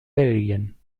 belgien